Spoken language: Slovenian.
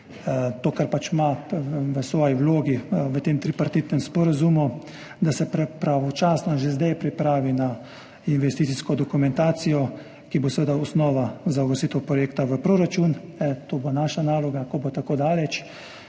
to, kar pač ima v svoji vlogi v tem tripartitnem sporazumu, da se pravočasno že zdaj pripravi na investicijsko dokumentacijo, ki bo seveda osnova za uvrstitev projekta v proračun. To bo naša naloga, ko bo tako daleč